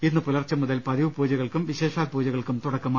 ഇന്ന് പുലർച്ചെ മുതൽ പതിവുപൂജകൾക്കും വിശേഷാൽ പൂജകൾക്കും തുടക്കമായി